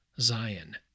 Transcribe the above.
Zion